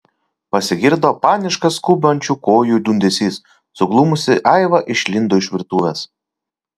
pasigirdo paniškas skubančių kojų dundesys suglumusi aiva išlindo iš virtuvės